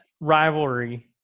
rivalry